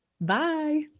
bye